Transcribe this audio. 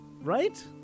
Right